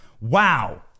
Wow